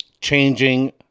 changing